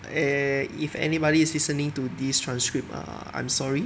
eh if anybody is listening to this transcript err I'm sorry